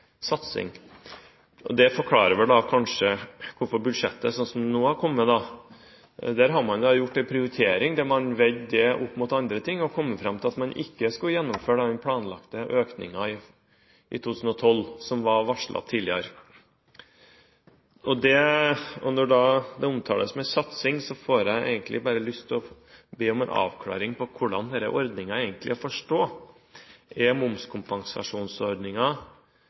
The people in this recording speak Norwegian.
satsing. Det forklarer kanskje hvorfor det i budsjettet er gjort en prioritering hvor man har veid det opp mot andre ting, og har kommet fram til at man ikke skulle gjennomføre den planlagte og varslede økningen i 2012. Når det da omtales som en satsing, får jeg bare lyst til å be om en avklaring på hvordan denne ordningen egentlig er å forstå. Er